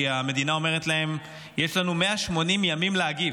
כי המדינה אומרת להם: יש לנו 180 ימים להגיב.